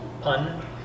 pun